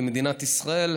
למדינת ישראל.